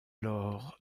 lors